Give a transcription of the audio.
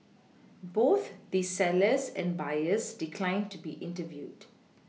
both the sellers and buyers declined to be interviewed